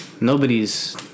nobody's